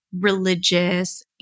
religious